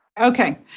Okay